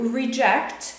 reject